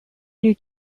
new